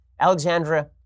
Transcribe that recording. Alexandra